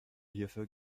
hierfür